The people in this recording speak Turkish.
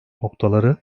noktaları